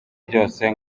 byose